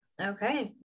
okay